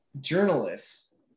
journalists